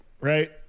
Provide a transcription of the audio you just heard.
right